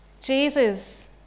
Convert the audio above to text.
Jesus